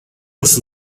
los